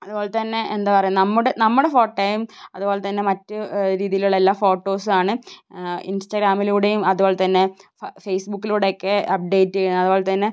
അതുപോലെത്തന്നെ എന്താ പറയുക നമ്മുടെ നമ്മുടെ ഫോട്ടോയും അതുപോലെത്തന്നെ മറ്റു രീതിയിലുള്ള എല്ലാ ഫോട്ടോസാണ് ഇൻസ്റ്റാഗ്രാമിലൂടെയും അതുപോലെത്തന്നെ ഫേസ്ബുക്കിലൂടെയൊക്കെ അപ്ഡേറ്റ് ചെയ്യുന്നത് അതുപോലെത്തന്നെ